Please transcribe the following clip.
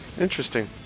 Interesting